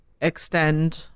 extend